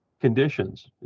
conditions